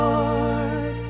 Lord